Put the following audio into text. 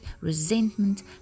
resentment